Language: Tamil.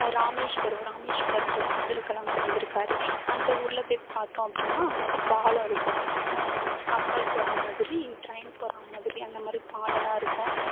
ராமேஸ்வரம் ராமேஸ்வரத்தில்தான் அப்துல்கலாம் பிறந்துருக்கார் அந்த ஊரில் போய் பார்த்தோம் அப்படினா அங்கே வந்து பாலம் இருக்கும் கப்பல் போகிற மாதிரி ட்ரெயின் போகிற மாதிரி அந்த மாதிரி பாலமெலாம் இருக்கும்